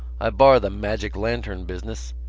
i bar the magic-lantern business.